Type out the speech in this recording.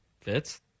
fits